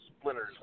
splinters